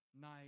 night